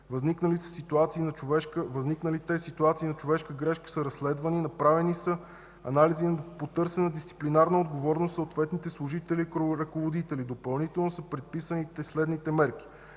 Възникналите ситуации на човешка грешка са разследвани, направени са анализи и е потърсена дисциплинарна отговорност от съответните служители и ръководители. Допълнително са предписани следните мерки: